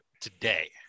today